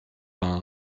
vingt